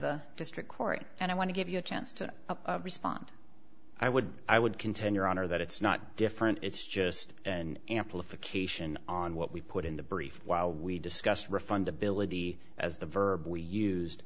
the district court and i want to give you a chance to respond i would i would continue or honor that it's not different it's just an amplification on what we put in the brief while we discussed refund ability as the verb we used